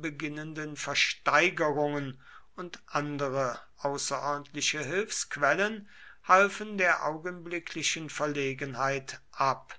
beginnenden versteigerungen und andere außerordentliche hilfsquellen halfen der augenblicklichen verlegenheit ab